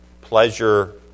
pleasure